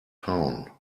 town